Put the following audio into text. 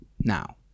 now